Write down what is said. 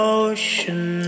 ocean